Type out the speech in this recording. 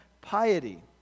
piety